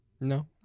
No